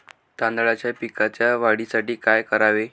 तांदळाच्या पिकाच्या वाढीसाठी काय करावे?